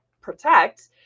protect